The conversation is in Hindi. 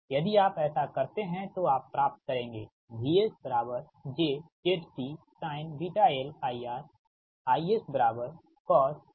यदि आप ऐसा करते हैं तो आप प्राप्त करेंगे VS j ZC sinlIR IS coslIR